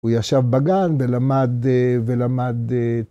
‫הוא ישב בגן ולמד אה, ולמד אה...